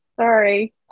Sorry